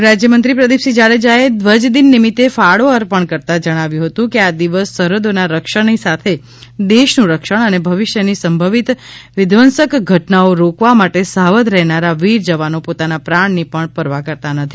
ગુહરાજ્યમંત્રી પ્રદીપસિંહ જાડેજાએ દ્વજદિન નિમિત્તે ફાળો અર્પણ કરતાં જણાવ્યું હતુ કે આ દિવસ સરહદોના રક્ષણની સાથે દેશનું રક્ષણ અને ભવિષ્યની સંભવિત વિધ્વંસક ઘટનાઓ રોકવા માટે સાવધ રહેનારા વીર જવાનો પોતાના પ્રાણની પણ પરવા કરતા નથી